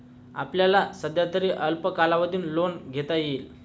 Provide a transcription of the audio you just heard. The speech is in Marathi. आपल्याला सध्यातरी अल्प कालावधी लोन घेता येईल